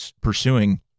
pursuing